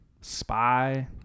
spy